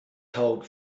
told